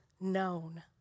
known